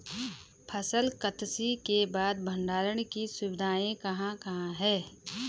फसल कत्सी के बाद भंडारण की सुविधाएं कहाँ कहाँ हैं?